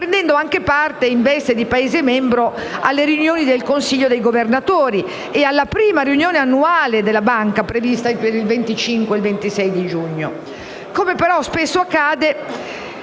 prendendo anche parte, in veste di Paese membro, alle riunioni del consiglio dei governatori e alla prima riunione annuale della Banca, prevista per i giorni 25 e 26 giugno. Come però spesso accade,